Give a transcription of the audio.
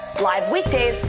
live weekdays,